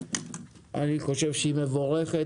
אני חושב שהיא מבורכת.